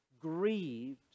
Grieved